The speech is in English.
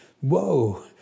whoa